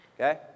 okay